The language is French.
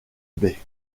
baies